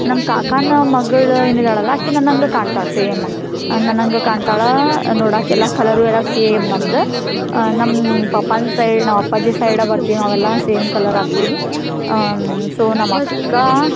ನಮ್ಮ ಕಾಕಾನ ಮಗ್ಳು ಏನು ಇದ್ದಾಳಲ್ಲ ಆಕೆ ನನ್ನ ಹಂಗೆ ಕಾಣ್ತಾಳೆ ಸೇಮ್ ನನ್ನ ಹಂಗೆ ಕಾಣ್ತಾಳೆ ನೋಡೋಕೆ ಎಲ್ಲ ಕಲರವು ಎಲ್ಲ ಸೇಮ್ ನಮ್ದು ನಮ್ಮ ಪಪ್ಪನ ಸೈಡ್ ನಮ್ಮ ಅಪ್ಪಾಜಿ ಸೈಡ ಬರ್ತೀವಿ ನಾವೆಲ್ಲ ಸೇಮ್ ಕಲರ್ ಆಗ್ತೀವಿ ಸೊ ನಮ್ಮ ಅಕ್ಕ